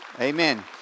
Amen